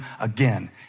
again